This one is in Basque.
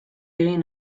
egin